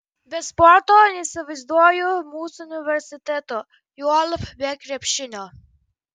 be sporto neįsivaizduoju mūsų universiteto juolab be krepšinio